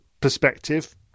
perspective